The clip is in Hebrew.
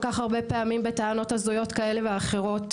כך הרבה פעמים בטענות הזויות כאלה ואחרות,